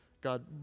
God